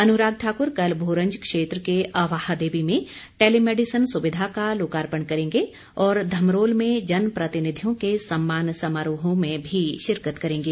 अनुराग ठाकुर कल भोरंज क्षेत्र के अवाहदेवी में टेलीमेडिसन सुविधा का लोकार्पण करेंगे और धमरोल में जनप्रतिनिधियों के सम्मान समारोह में भी शिरकत करेंगे